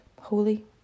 holy